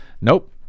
nope